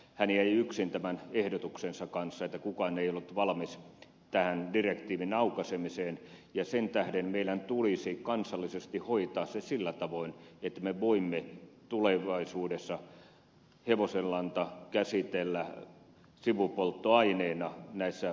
hän jäi yksin tämän ehdotuksensa kanssa kukaan ei ollut valmis tähän direktiivin aukaisemiseen ja sen tähden meidän tulisi kansallisesti hoitaa se sillä tavoin että me voimme tulevaisuudessa hevosenlannan käsitellä sivupolttoaineena näissä polttolaitoksissa